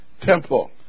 Temple